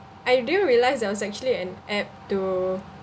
I didn't realise there was actually an app to